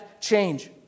change